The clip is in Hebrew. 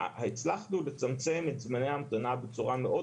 הצלחנו לצמצם את זמני ההמתנה בצורה מאוד